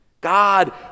God